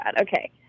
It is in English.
Okay